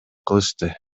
кылышты